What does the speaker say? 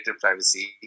privacy